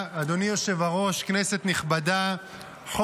נעבור לנושא הבא על סדר-היום: הצעת חוק